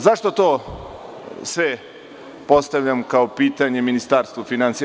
Zašto to sve postavljam kao pitanje Ministarstvu finansija?